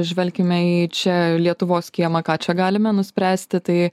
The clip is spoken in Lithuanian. žvelkime į čia lietuvos kiemą ką čia galime nuspręsti tai